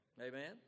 amen